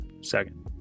Second